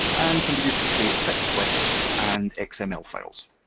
and can be used to create fixed width and xml files.